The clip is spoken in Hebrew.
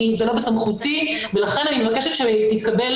זה לא בסמכותי ולכן אני מבקשת שתתקבל